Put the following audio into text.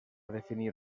definir